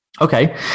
okay